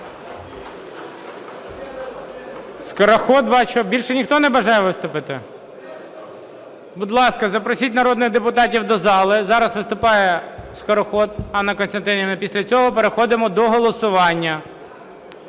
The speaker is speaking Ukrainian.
Більше ніхто не бажає виступити? Будь ласка, запросіть народних депутатів до зали. Зараз виступає Скороход Анна Костянтинівна, після цього переходимо до голосування.